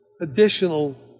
additional